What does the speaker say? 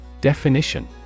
Definition